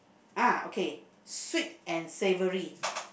ah okay sweet and savoury